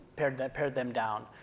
paired them paired them down.